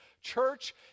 Church